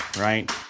right